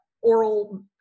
oral